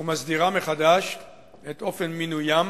ומסדירה מחדש את אופן מינוים